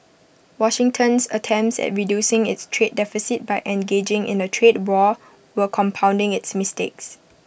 Washington's attempts at reducing its trade deficit by engaging in A trade war were compounding its mistakes